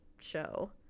show